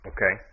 Okay